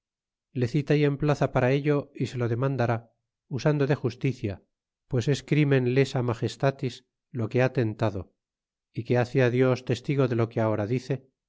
le cita y emplaza para ello y se lo demandará usando de justicia pues es crimen lcesce magestatis lo que ha tentado é que hace dios testigo de lo que ahora dice